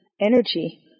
energy